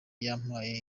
yampaye